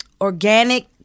organic